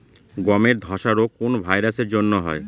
গমের ধসা রোগ কোন ভাইরাস এর জন্য হয়?